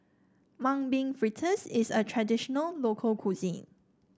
Mung Bean Fritters is a traditional local cuisine